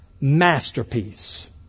masterpiece